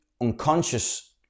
unconscious